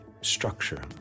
structure